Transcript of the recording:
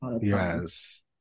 Yes